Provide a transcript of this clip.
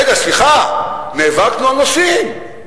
רגע, סליחה, נאבקנו על נושאים.